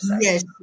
yes